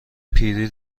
پیری